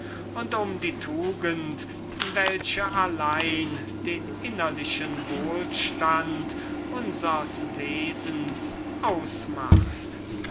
und um die tugend welche allein den innerlichen wohlstand unsers wesens ausmacht